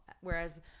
Whereas